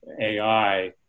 AI